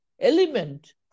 element